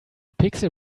pixel